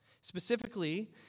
Specifically